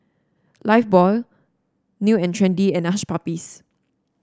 Lifebuoy New And Trendy and Hush Puppies